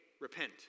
Repent